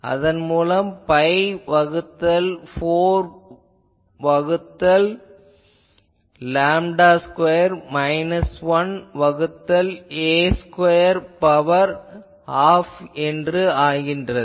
அதன் மூலம் இது பை வகுத்தல் 4 வகுத்தல் லேம்டா ஸ்கொயர் மைனஸ் 1 வகுத்தல் 'a' ஸ்கொயர் பவர் அரை என்றாகிறது